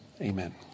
Amen